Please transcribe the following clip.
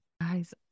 Guys